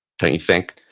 don't you think?